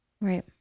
Right